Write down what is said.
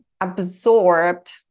absorbed